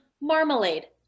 marmalade